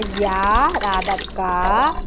అయ్యా రాదక్కా